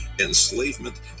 enslavement